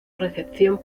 recepción